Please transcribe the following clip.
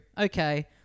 Okay